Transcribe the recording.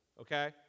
okay